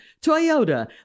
Toyota